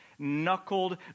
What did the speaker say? knuckled